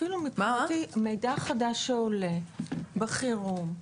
אבל מידע חדש שעולה, בחירום,